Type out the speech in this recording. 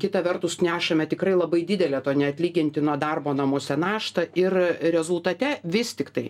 kita vertus nešame tikrai labai didelę to neatlygintino darbo namuose naštą ir rezultate vis tiktai